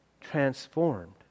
transformed